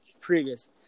previous